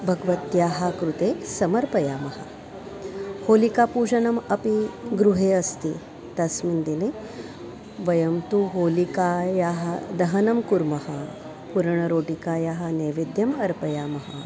भगवत्याः कृते समर्पयामः होलिकापूरणम् अपि गृहे अस्ति तस्मिन् दिने वयं तु होलिकायाः दहनं कुर्मः पूरणरोटिकायाः नेवेद्यम् अर्पयामः